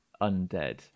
undead